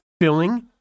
Filling